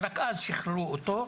ורק אז שחררו אותו,